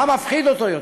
מה מפחיד אותו יותר: